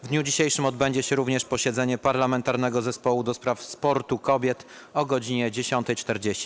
W dniu dzisiejszym odbędzie się również posiedzenie Parlamentarnego Zespołu ds. Sportu Kobiet o godz. 10.40.